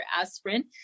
aspirin